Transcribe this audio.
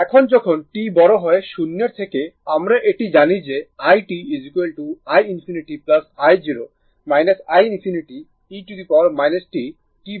এবং যখন t বড় হয় 0 এর থেকে আমরা এটি জানি যে i t i ∞ i0 i ∞ e t tτ